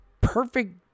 perfect